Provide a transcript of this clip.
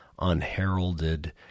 unheralded